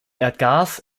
erdgas